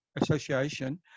Association